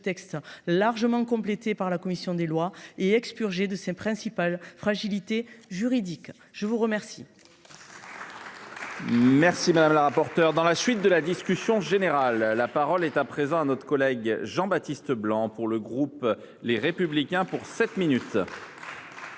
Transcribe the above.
texte, largement complété par la commission des lois et expurgé de ses principales fragilités juridiques. La parole